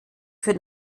für